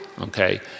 okay